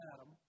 Adam